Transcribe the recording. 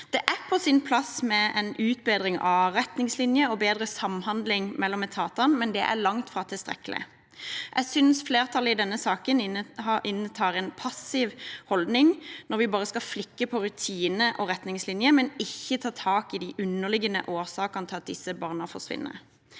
Det er på sin plass med en utbedring av retningslinjer og bedre samhandling mellom etatene, men det er langt fra tilstrekkelig. Jeg synes flertallet i denne saken inntar en passiv holdning når vi bare skal flikke på rutiner og retningslinjer, men ikke ta tak i de underliggende årsakene til at disse barna forsvinner.